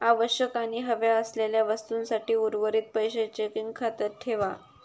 आवश्यक आणि हव्या असलेल्या वस्तूंसाठी उर्वरीत पैशे चेकिंग खात्यात ठेवा